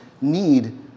need